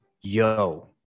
yo